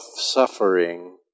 suffering